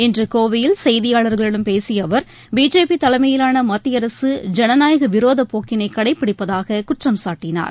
இன்று கோவையில் கெய்தியாளர்களிடம் பேசிய அவர் பிஜேபி தலைமையிலான மத்திய அரசு ஜனநாயக விரோதப் போக்கினை கடைபிடிப்பதாக குற்றம்சாட்டினார்